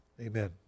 amen